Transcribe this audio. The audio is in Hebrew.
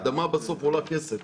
האדמה בסוף עולה כסף.